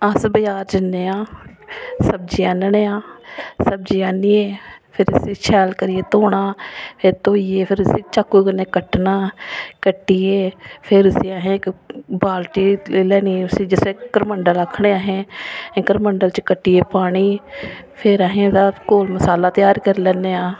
अस बजार जन्ने आं सब्जी आह्नने आं सब्जी आह्नियै फिर इसी शैल करियै धोना फिर धोइयै उसी चाकू कन्नै कट्टना कट्टियै फिर उसी अहें इक बाल्टी लेई लैनी उसी जिसी करमंडल आक्खने अहें इक करमंडल च कट्टियै पानी फिर अहें ओहदे कोल मसाला त्यार करी लैन्ने आं